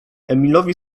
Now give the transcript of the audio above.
emilowi